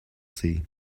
see